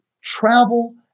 travel